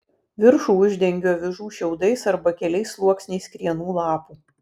viršų uždengiu avižų šiaudais arba keliais sluoksniais krienų lapų